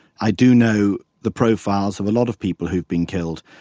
i do know the profiles of a lot of people who have been killed.